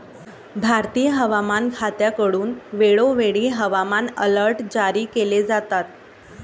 भारतीय हवामान खात्याकडून वेळोवेळी हवामान अलर्ट जारी केले जातात